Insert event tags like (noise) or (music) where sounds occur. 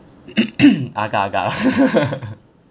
(coughs) agak agak lah (laughs)